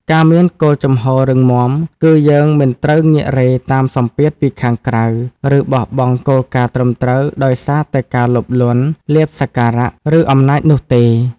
ការមានគោលជំហររឹងមាំ គឺយើងមិនត្រូវងាករេតាមសម្ពាធពីខាងក្រៅ ឬបោះបង់គោលការណ៍ត្រឹមត្រូវ ដោយសារតែការលោភលន់ លាភសក្ការៈ ឬអំណាចនោះទេ។